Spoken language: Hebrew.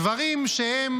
דברים שהם